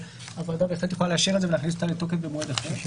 אבל הוועדה בהחלט יכולה לאשר את זה ולהכניס אותה לתוקף במועד אחר.